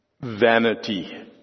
vanity